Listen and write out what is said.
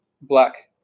black